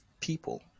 people